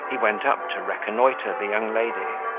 he went up to reconnoitre the young lady,